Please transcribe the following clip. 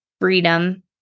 freedom